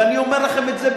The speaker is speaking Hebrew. ואני אומר לכם את זה,